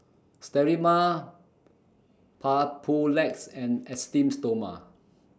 Sterimar Papulex and Esteem Stoma